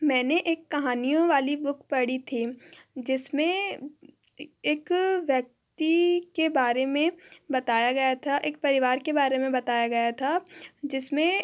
मैंने एक कहानियों वाली बुक पढ़ी थी जिसमें एक व्यक्ति के बारे में बताया गया था एक परिवार के बारे में बताया गया था जिसमें